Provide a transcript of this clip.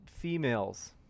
females